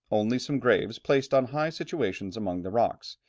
only some graves placed on high situations among the rocks,